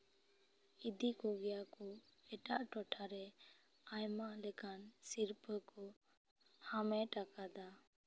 ᱤᱫᱤ ᱠᱚᱜᱮᱭᱟ ᱠᱚ ᱮᱴᱟᱜ ᱴᱚᱴᱷᱟᱨᱮ ᱟᱭᱢᱟ ᱞᱮᱠᱟᱱ ᱥᱤᱨᱯᱟᱹ ᱠᱚ ᱦᱟᱢᱮᱴ ᱟᱠᱟᱫᱟ